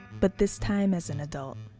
but this time, as an adult.